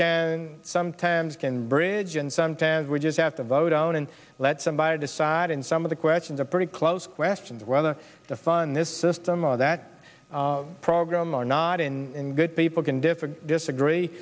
can sometimes can bridge and sometimes we just have to vote on and let somebody decide and some of the questions are pretty close questions whether the fund this system of that program or not in good people can differ disagree